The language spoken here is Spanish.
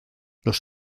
los